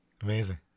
Amazing